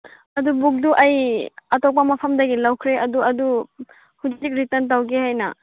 ꯑꯗꯨ ꯕꯨꯛꯇꯨ ꯑꯩ ꯑꯇꯣꯞꯄ ꯃꯐꯝꯗꯒꯤ ꯂꯧꯈ꯭ꯔꯦ ꯑꯗꯨ ꯑꯗꯨ ꯍꯧꯖꯤꯛ ꯔꯤꯇꯔꯟ ꯇꯧꯒꯦ ꯍꯥꯏꯅ